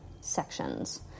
sections